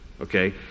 Okay